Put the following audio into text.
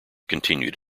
continued